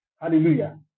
Hallelujah